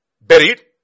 buried